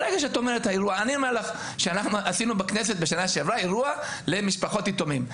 אני אומר לך שאנחנו עשינו בכנסת בשנה שעברה אירוע למשפחות יתומים.